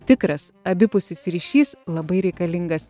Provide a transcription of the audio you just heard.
tikras abipusis ryšys labai reikalingas